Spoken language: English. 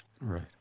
Right